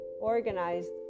organized